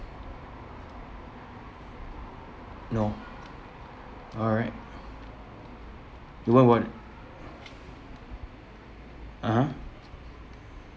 no alright you weren't warded (uh huh)